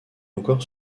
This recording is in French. encore